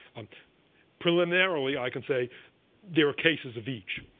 um preliminarily i can say there are cases of each.